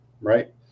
right